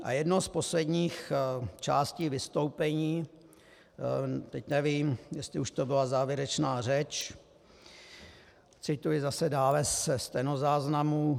A jedno z posledních částí vystoupení, teď nevím, jestli už to byla závěrečná řeč, cituji zase dále ze stenozáznamu: